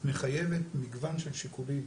מחייבת מגוון של שיקולים